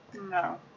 No